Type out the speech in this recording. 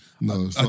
No